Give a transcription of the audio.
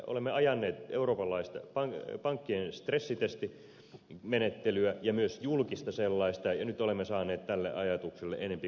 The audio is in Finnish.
olemme ajaneet eurooppalaisten pankkien stressitestimenettelyä ja myös julkista sellaista ja nyt olemme saaneet tälle ajatukselle enempi kumppaneita kuin koskaan